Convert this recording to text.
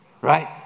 right